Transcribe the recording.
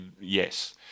yes